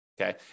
Okay